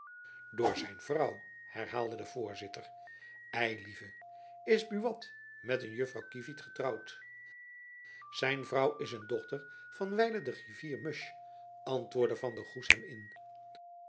door zijn vrouw herhaalde de voorzitter ei lieve is buat met een juffrouw kievit getrouwd zijn vrouw is een dochter van wijlen den griffier musch fluisterde van der goes hem in